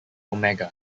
omega